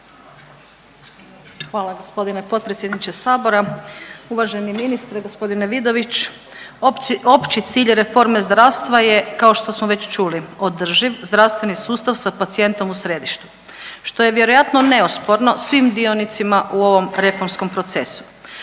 Hvala gospodine potpredsjedniče sabora. Uvaženi ministre, gospodine Vidović, opći cilj reforme zdravstva je kao što smo već čuli, održiv zdravstveni sustav sa pacijentom u središtu što je vjerojatno neosporno svim dionicima u ovom reformskom procesu,